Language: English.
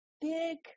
big